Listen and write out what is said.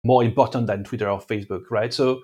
יותר אימפריקטי של טוויטר או פייסבוק, נכון?